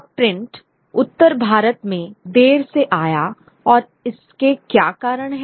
अब प्रिंट उत्तर भारत में देर से आया और इसके क्या कारण हैं